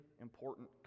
important